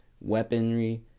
weaponry